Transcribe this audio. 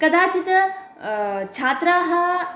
कदाचित् छात्राः